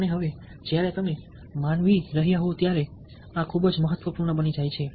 અને હવે જ્યારે તમે મનાવી રહ્યાં હોવ ત્યારે આ ખૂબ જ મહત્વપૂર્ણ બની જાય છે